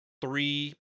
three